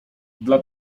dla